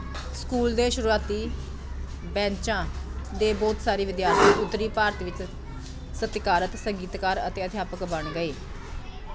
school ਦੇ ਸ਼ੁਰੂਆਤੀ ਬੈਚਾਂ ਦੇ ਬਹੁਤ ਸਾਰੇ ਵਿਦਿਆਰਥੀ ਉੱਤਰੀ ਭਾਰਤ ਵਿੱਚ ਸਤਿਕਾਰਤ ਸੰਗੀਤਕਾਰ ਅਤੇ ਅਧਿਆਪਕ ਬਣ ਗਏ